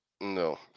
No